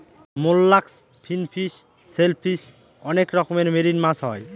mollusc, finfish, shellfish অনেক রকমের marine মাছ হয়